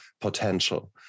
potential